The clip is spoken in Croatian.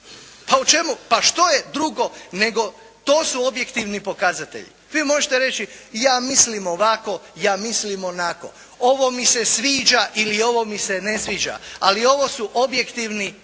tu? Pa što je drugo nego to su objektivni pokazatelji. Vi možete reći ja mislim ovako, ja mislim onako, ovo mi se sviđa ili ovo mi se ne sviđa. Ali ovo su objektivni parametri.